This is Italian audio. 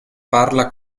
parla